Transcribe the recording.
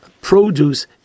produce